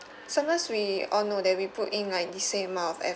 sometimes we all know that we put in like the same amount of ef~